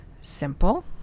simple